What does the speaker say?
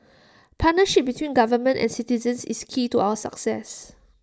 partnership between government and citizens is key to our success